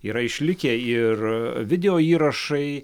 yra išlikę ir videoįrašai